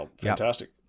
Fantastic